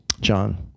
John